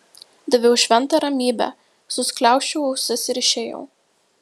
daviau šventą ramybę suskliausčiau ausis ir išėjau